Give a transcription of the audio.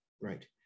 right